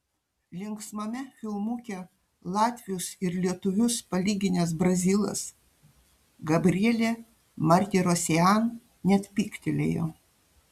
linksmame filmuke latvius ir lietuvius palyginęs brazilas gabrielė martirosian net pyktelėjo